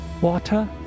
water